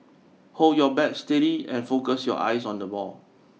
hold your bat steady and focus your eyes on the ball